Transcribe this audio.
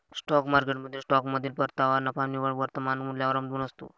stock मार्केटमधील स्टॉकमधील परतावा नफा निव्वळ वर्तमान मूल्यावर अवलंबून असतो